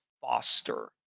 foster